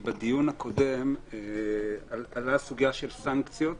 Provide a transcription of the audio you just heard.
בדיון הקודם עלתה סוגיה של סנקציות.